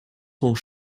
sont